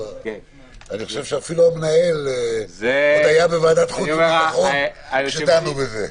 אני חושב שאפילו מנהל הוועדה עוד היה בוועדת החוץ והביטחון כשדנו בזה.